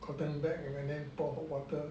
cotton bag and then pour water